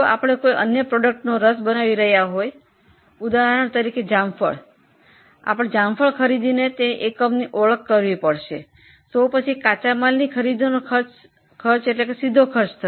આપણે કોઈ અન્ય ફળનો રસ બનાવી રહ્યા હોય ઉદાહરણ તરીકે જામફળ તો એકમ દીઠ કાચા માલ સામાનની ખરીદી પ્રત્યક્ષ ખર્ચ થશે